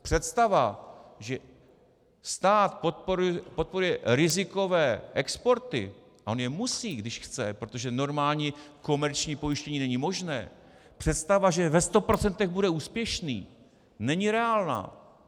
Představa, že stát podporuje rizikové exporty, a on je musí, když chce, protože normální komerční pojištění není možné, představa, že ve sto procentech bude úspěšný, není reálná.